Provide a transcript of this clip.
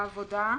העבודה,